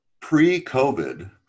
pre-COVID